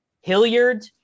hilliard